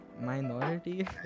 Minority